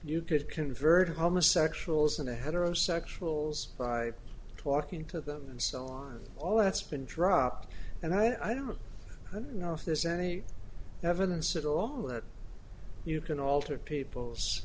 you could convert homosexuals and heterosexuals by talking to them and so on all that's been dropped and i don't know if there's any evidence at all that you can alter people's